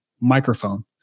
microphone